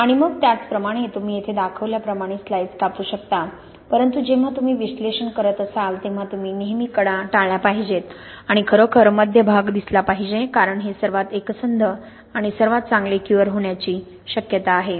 आणि मग त्याचप्रमाणे तुम्ही येथे दाखवल्याप्रमाणे स्लाइस कापू शकता परंतु जेव्हा तुम्ही विश्लेषण करत असाल तेव्हा तुम्ही नेहमी कडा टाळल्या पाहिजेत आणि खरोखर मध्य भाग दिसला पाहिजे कारण हे सर्वात एकसंध आणि सर्वात चांगले क्युअर होण्याची शक्यता आहे